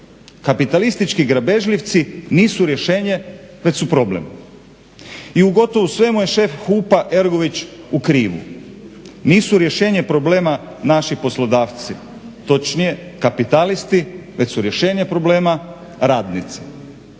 Kapitalistički grabežljivci nisu rješenje već su problem. I u gotovo svemu je šef HUP-a Ergović u krivu. Nisu rješenje problema naši poslodavci, točnije kapitalisti, već su rješenje problema radnici.